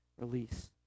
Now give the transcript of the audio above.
release